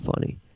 funny